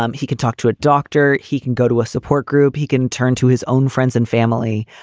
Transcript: um he could talk to a doctor. he can go to a support group. he can turn to his own friends and family.